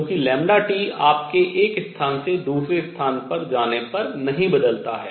क्योंकि λT आपके एक स्थान से दूसरे स्थान पर जाने पर नहीं बदलता है